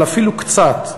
אבל אפילו קצת,